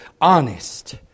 honest